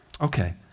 okay